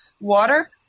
water